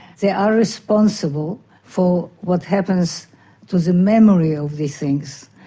they are responsible for what happens to the memory of these things,